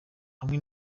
hamwe